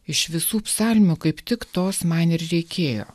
iš visų psalmių kaip tik tos man ir reikėjo